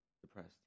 depressed